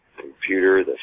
computer